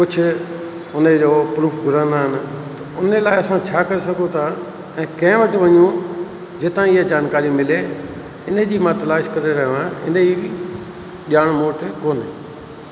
कुझु उनजो प्रूफ घुरंदा आहिनि उन लाइ असां छा करे सघूं था ऐं कंहिं वटि वञूं जितां इहा जानकारी मिले इनजी मां तलाश करे रहियो आहियां इनजी ॼाण मूं वटि कोन्हे